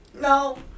No